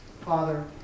Father